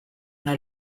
una